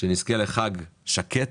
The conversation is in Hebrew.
שנזכה לחג שקט,